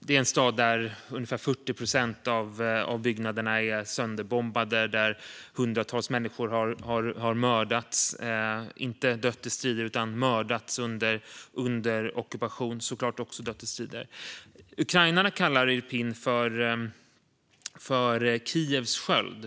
Det är en stad där ungefär 40 procent av byggnaderna är sönderbombade och där hundratals människor har mördats. Människor har inte bara dött i strider utan mördats under ockupation. Ukrainarna kallar Irpin för Kievs sköld.